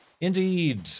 Indeed